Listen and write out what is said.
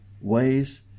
ways